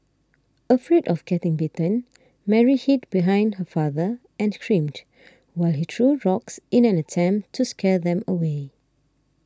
afraid of getting bitten Mary hid behind her father and screamed while he threw rocks in an attempt to scare them away